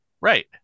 Right